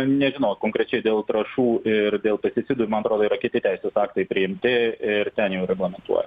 nežinau ot konkrečiai dėl trąšų ir dėl pesticidų man atrodo yra kiti teisės aktai priimti ir ten jau reglamentuojama